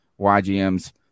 YGM's